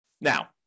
Now